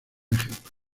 ejemplo